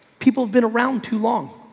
people have been around too long.